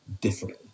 different